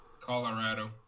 Colorado